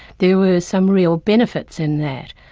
there were some real benefits in that.